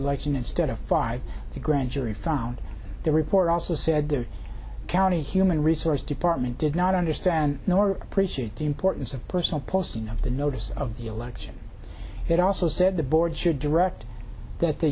and instead of five the grand jury found the report also said the county human resource department did not understand nor appreciate the importance of personal posting of the notice of the election it also said the board should direct that the